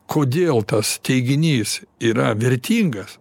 kodėl tas teiginys yra vertingas